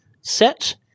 set